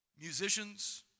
musicians